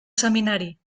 seminari